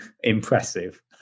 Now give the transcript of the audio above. impressive